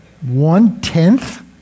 One-tenth